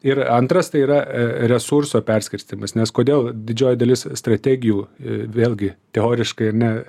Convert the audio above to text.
ir antras tai yra a resurso perskirstymas nes kodėl didžioji dalis strategijų e vėlgi teoriškai ar ne